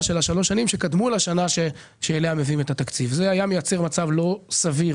של שלוש השנים שקדמו לשנה שבה מביאים את התקציב - מייצר מצב לא סביר